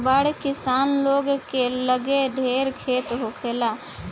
बड़ किसान लोग के लगे ढेर खेत होखेला